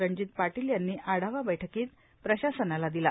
रणजीत पाटील यांनी आढावा बैठकीत आज प्रशासनाला दिला